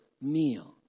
meal